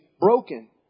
broken